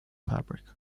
fabric